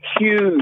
huge